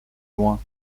loin